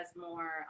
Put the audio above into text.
more